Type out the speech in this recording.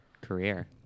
career